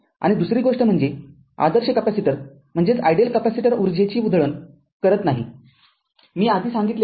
आणि दुसरी गोष्ट म्हणजे आदर्श कॅपेसिटर ऊर्जेची उधळण करत नाही मी आधी सांगितले आहे